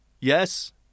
Yes